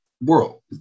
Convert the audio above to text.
world